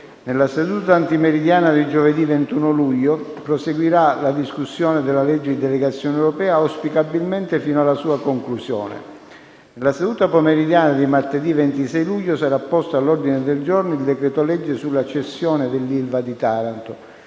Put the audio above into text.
Nella seduta antimeridiana di giovedì 21 luglio, proseguirà la discussione sulla legge di delegazione europea, auspicabilmente fino alla sua conclusione. Nella seduta pomeridiana di martedì 26 luglio sarà posto all'ordine del giorno il decreto-legge sulla cessione dell'ILVA di Taranto.